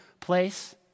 place